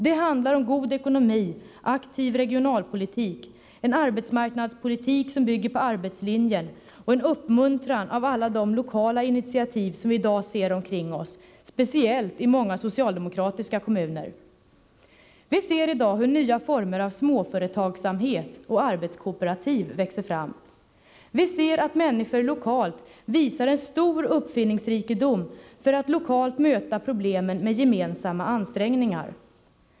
Det handlar om god ekonomi, aktiv regionalpolitik, en arbetsmarknadspolitik som bygger på arbetslinjen, och en uppmuntran av alla de lokala initiativ som vi i dag ser omkring oss, speciellt i många socialdemokratiska kommuner. Vi ser i dag hur nya former av småföretagsamhet och arbetskooperativ växer fram. Vi ser att människor lokalt visar stor uppfinningsrikedom för att möta problemen med gemensamma ansträngningar.